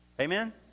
Amen